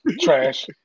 Trash